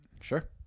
Sure